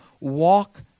walk